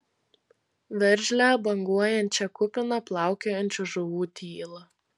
veržlią banguojančią kupiną plaukiojančių žuvų tylą